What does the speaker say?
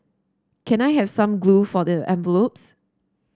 can I have some glue for the envelopes